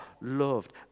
loved